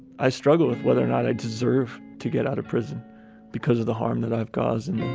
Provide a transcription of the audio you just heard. i struggle with whether or not i deserve to get out of prison because of the harm that i've caused and